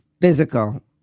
Physical